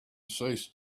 ceased